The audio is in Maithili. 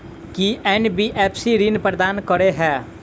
की एन.बी.एफ.सी ऋण प्रदान करे है?